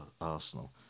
Arsenal